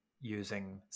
using